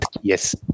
Yes